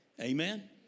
Amen